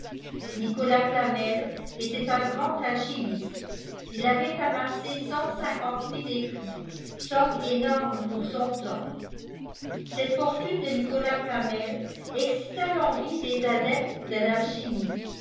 nicolas flamel était un grand alchimiste il avait amassé cent cinquante mille écus somme énorme pour son temps celte fortune de nicolas flamel excita l'envie deis adeptes de